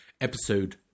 episode